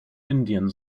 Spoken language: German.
indien